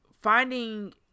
finding